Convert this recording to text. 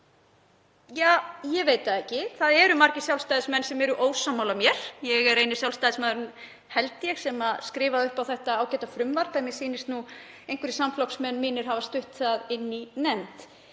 Ja, ég veit ekki. Það eru margir Sjálfstæðismenn sem eru ósammála mér. Ég er eini Sjálfstæðismaðurinn, held ég, sem skrifa upp á þetta ágæta frumvarp en mér sýnist einhverjir samflokksmenn mínir hafa stutt það í nefnd.